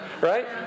right